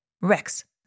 Rex